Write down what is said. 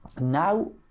now